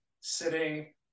sitting